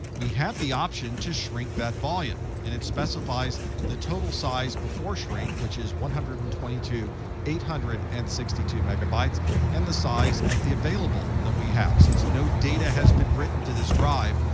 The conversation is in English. we have the option to shrink that volume. and it specifies the total size before shrink, which is one hundred and twenty two thousand eight hundred and sixty two megabytes and the size of the available that we have. since no data has been written to this drive,